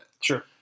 Sure